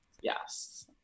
Yes